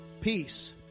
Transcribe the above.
peace